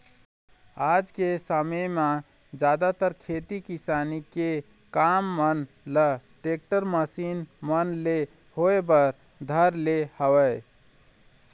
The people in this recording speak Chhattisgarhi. आज के समे म जादातर खेती किसानी के काम मन ल टेक्टर, मसीन मन ले होय बर धर ले हवय